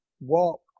walk